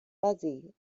fuzzy